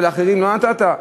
אבל לאחרים לא נתת?